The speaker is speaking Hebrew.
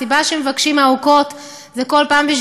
הסיבה שהם מבקשים ארכות כל פעם היא,